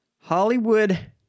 Hollywood